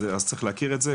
אז צריך להכיר את זה.